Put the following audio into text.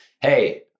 hey